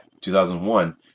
2001